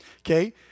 Okay